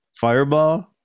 Fireball